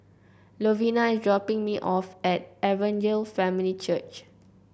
Lovina is dropping me off at Evangel Family Church